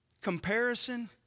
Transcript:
comparison